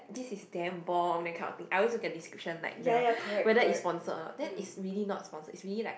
this is damn bomb that kind of thing I always look at description like the whether it's sponsored or not then it's really not sponsored it's really like